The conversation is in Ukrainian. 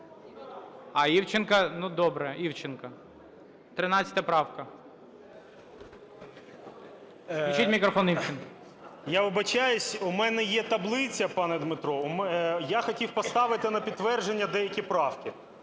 Я вибачаюсь, у мене є таблиця, пане Дмитро, я хотів поставити на підтвердження деякі правки.